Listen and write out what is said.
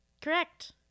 Correct